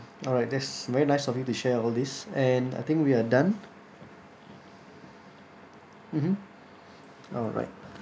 alright that's very nice of you to share all these and I think we are done mmhmm alright